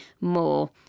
more